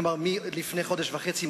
מלפני חודש וחצי,